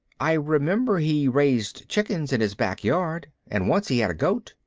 i remember he raised chickens in his back yard, and once he had a goat.